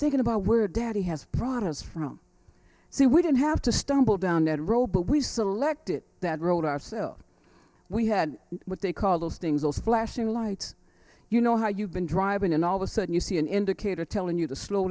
taken about where daddy has brought us from so we didn't have to stumble down that role but we selected that road ourselves we had what they call those things those flashing right you know how you've been driving and all of a sudden you see an indicator telling you to slow